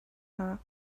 her